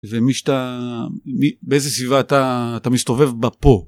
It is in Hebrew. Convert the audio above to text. ומי שאתה, באיזה סביבה אתה אתה מסתובב בפה